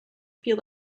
feel